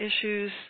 issues